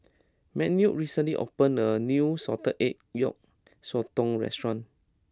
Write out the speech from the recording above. Manuel recently opened a new Salted Egg Yolk Sotong restaurant